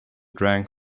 drank